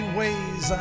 ways